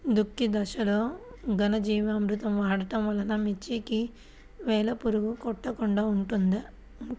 దుక్కి దశలో ఘనజీవామృతం వాడటం వలన మిర్చికి వేలు పురుగు కొట్టకుండా ఉంటుంది?